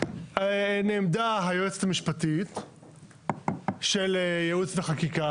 נעמדה היועצת המשפטית של ייעוץ וחקיקה